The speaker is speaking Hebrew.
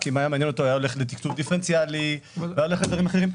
כי אם היה מעניין אותו היה הולך לתקצוב דיפרנציאלי ולדברים אחרים.